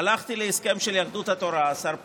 הלכתי להסכם של יהדות התורה, השר פרוש.